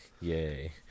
Yay